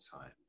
time